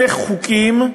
אלה חוקים,